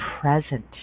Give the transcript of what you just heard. present